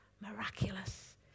miraculous